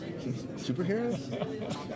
Superheroes